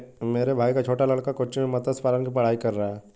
मेरे भाई का छोटा लड़का कोच्चि में मत्स्य पालन की पढ़ाई कर रहा है